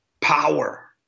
power